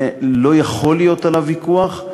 לא יכול להיות עליו ויכוח,